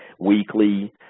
weekly